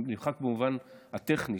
נמחק במובן הטכני.